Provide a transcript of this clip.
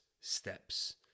steps